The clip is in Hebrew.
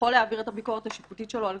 שיכול להעביר את הביקורת השיפוטית שלו על